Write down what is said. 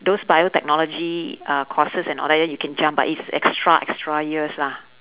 those biotechnology uh courses and all that then you can jump but it's extra extra years lah